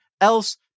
else